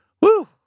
Woo